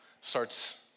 starts